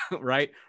Right